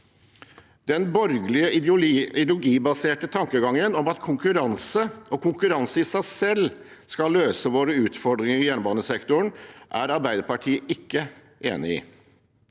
Den borgerlige ideologibaserte tankegangen om at konkurranse og konkurranse i seg selv skal løse våre utfordringer i jernbanesektoren, er ikke Arbeiderpartiet enig i.